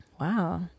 Wow